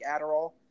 Adderall